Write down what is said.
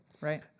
Right